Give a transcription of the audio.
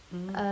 mm